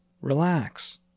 relax